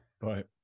right